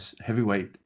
heavyweight